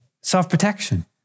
Self-protection